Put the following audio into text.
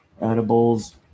edibles